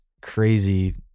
crazy